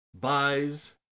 Buys